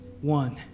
One